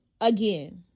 again